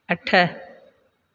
अठ